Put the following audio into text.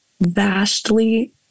vastly